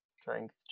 Strength